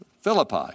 Philippi